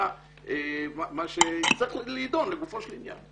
מה שצריך להידון לגופו של עניין.